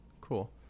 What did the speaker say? Cool